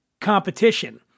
competition